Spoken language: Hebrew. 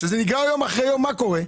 כשזה נגרר יום אחרי יום, מה קורה?